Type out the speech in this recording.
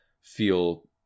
feel